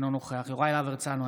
אינו נוכח יוראי להב הרצנו,